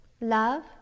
Love